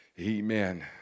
Amen